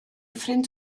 ffrind